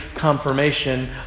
confirmation